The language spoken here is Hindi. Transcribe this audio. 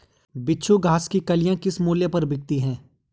बिच्छू घास की कलियां किस मूल्य पर बिकती हैं?